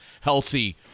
healthy